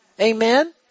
Amen